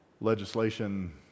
Legislation